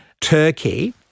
Turkey